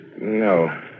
No